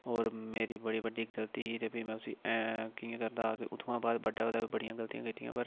होर मेरी बड़ी बड्डी गलती ही ते फ्ही में उसी ऐं किटयां करदा हा के उत्थुआं बाद बड्डे होए दे बड़ियां गलतियां पर